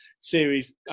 series